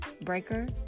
Breaker